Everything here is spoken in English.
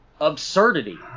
Absurdity